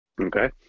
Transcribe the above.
Okay